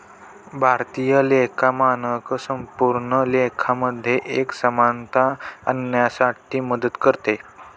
भारतीय लेखा मानक संपूर्ण लेखा मध्ये एक समानता आणण्यासाठी मदत करते